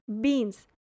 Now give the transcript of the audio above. beans